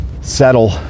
settle